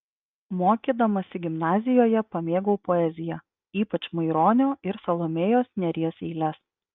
mokydamasi gimnazijoje pamėgau poeziją ypač maironio ir salomėjos nėries eiles